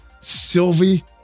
Sylvie